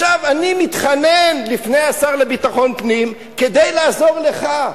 אני מתחנן לפני השר לביטחון פנים, כדי לעזור לך,